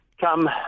come